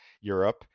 europe